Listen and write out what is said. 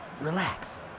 relax